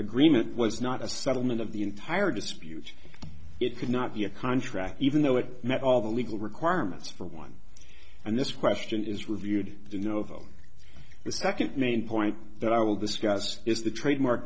agreement was not a settlement of the entire dispute it could not be a contract even though it met all the legal requirements for one and this question is reviewed to no avail the second main point that i will discuss is the trademark